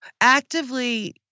actively